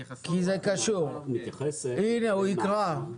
הנה, הוא יקרא.